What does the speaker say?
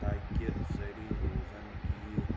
تاکہِ سٲری روزَن ٹھیٖک